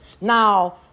Now